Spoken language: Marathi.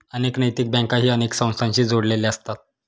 अनेक नैतिक बँकाही अनेक संस्थांशी जोडलेले असतात